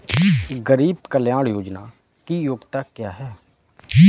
गरीब कल्याण योजना की योग्यता क्या है?